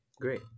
Great